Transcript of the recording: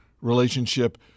relationship